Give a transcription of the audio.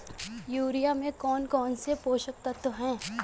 Urea में कौन कौन से पोषक तत्व है?